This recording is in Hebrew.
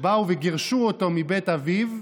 שבאו וגירשו אותו מבית אביו,